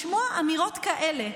לשמוע אמירות כאלה,